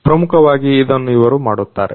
ಪ್ರಮುಖವಾಗಿ ಇದನ್ನ ಇವರು ಮಾಡುತ್ತಾರೆ